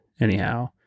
anyhow